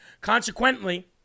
Consequently